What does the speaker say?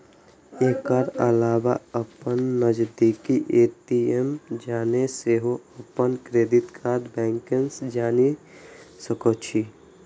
एकर अलावा अपन नजदीकी ए.टी.एम जाके सेहो अपन क्रेडिट कार्डक बैलेंस जानि सकै छी